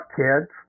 kids